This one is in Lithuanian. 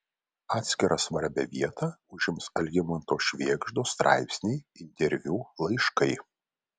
atskirą svarbią vietą užims algimanto švėgždos straipsniai interviu laiškai